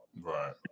Right